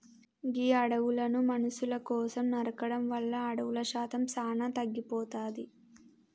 గీ అడవులను మనుసుల కోసం నరకడం వల్ల అడవుల శాతం సానా తగ్గిపోతాది